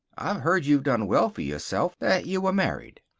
heard you'd done well for yourself. that you were married.